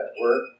work